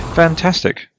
Fantastic